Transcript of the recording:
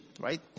right